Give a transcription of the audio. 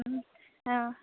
অঁ অঁ